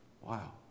Wow